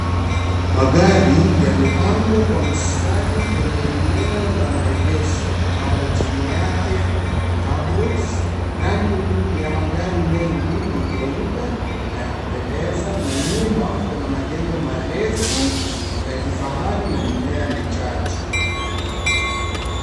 Magari yamepangwa kwa mstari kwenye eneo la maegesho ambalo chini yake ni kabros . Rangi ya magari mengi ni meupe na ya kupendeza na nyuma kuna majengo marefu ya kifahari na mimea michache.